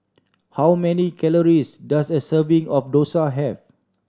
how many calories does a serving of dosa have